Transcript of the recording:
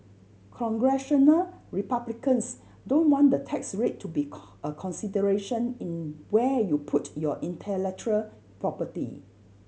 Congressional Republicans don't want the tax rate to be a consideration in where you put your intellectual property